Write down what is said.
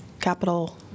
capital